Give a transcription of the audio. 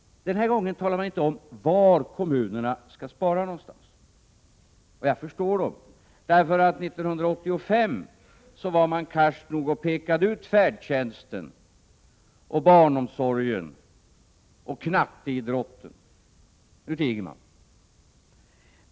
Den här gången talar man inte om var kommunerna skall spara, och det förstår jag. 1985 var man karsk nog att peka ut färdtjänsten, barnomsorgen och knatteidrotten. Nu tiger man.